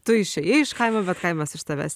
tu išėjai iš kaimo bet kaimas iš tavęs